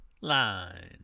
line